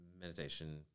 meditation